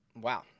Wow